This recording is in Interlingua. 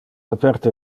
aperte